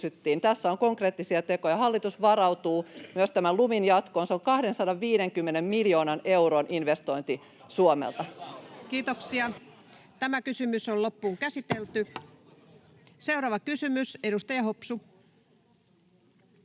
tässä on konkreettisia tekoja. Hallitus varautuu myös Lumin jatkoon, se on 250 miljoonan euron investointi Suomelta. [Oikealta: Mahtavaa!] Seuraava kysymys, edustaja Hopsu.